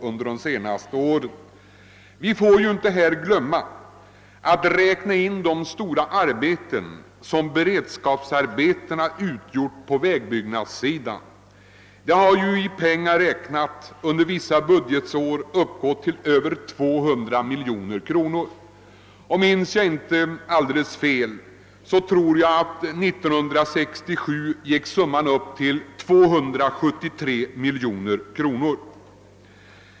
Man får emellertid inte glömma den stora del som beredskapsarbetena utgjort på vägbyggnadssidan och som i pengar räknat under vissa budgetår uppgått till över 200 miljoner kronor. Minns jag inte alldeles fel, utgjorde beloppet år 1967 273 miljoner kronor.